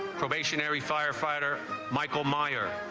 station every firefighter michael mayer